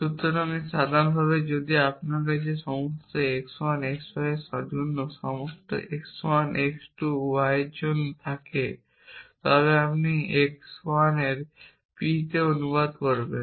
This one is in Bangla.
সুতরাং এটি সাধারণভাবে যদি আপনার কাছে সব x 1 x 2 এর জন্য সব x 1 x 2 y এর জন্য থাকে তবে আপনি x 1 এর p তে অনুবাদ করবেন